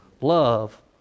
love